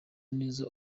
neza